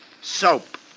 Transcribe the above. Soap